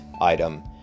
item